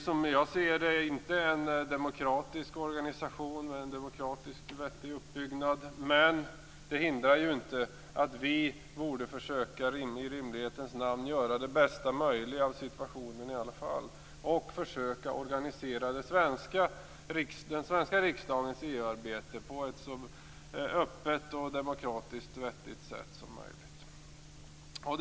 Som jag ser det är EU inte en demokratisk organisation med en demokratiskt vettig uppbyggnad, men det hindrar inte att vi i rimlighetens namn borde försöka göra det bästa möjliga av situationen genom att försöka organisera den svenska riksdagens EU-arbete på ett så öppet och demokratiskt vettigt sätt som möjligt.